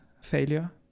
failure